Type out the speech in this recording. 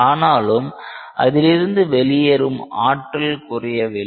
ஆனாலும் அதிலிருந்து வெளியேறும் ஆற்றல் குறையவில்லை